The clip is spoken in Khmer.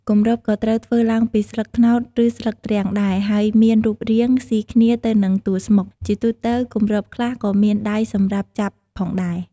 គម្របក៏ត្រូវធ្វើឡើងពីស្លឹកត្នោត ឬស្លឹកទ្រាំងដែរ ហើយមានរូបរាងស៊ីគ្នាទៅនឹងតួស្មុក ជាទូទៅគម្របខ្លះក៏មានដៃសម្រាប់ចាប់ផងដែរ។